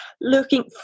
looking